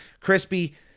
crispy